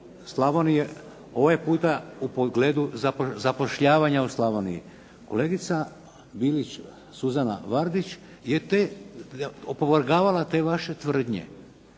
ovaj puta u pogledu zapošljavanja u Slavoniji. Kolegica Bilić Suzana Vardić je te, opovrgavala te vaše tvrdnje.